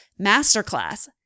masterclass